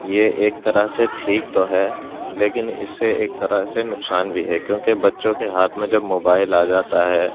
یہ ایک طرح سے ٹھیک تو ہے لیکن اسے ایک طرح سے نقصان بھی ہے کیونکہ بچوں کے ہاتھ میں جب موبائل آ جاتا ہے